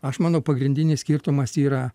aš manau pagrindinis skirtumas yra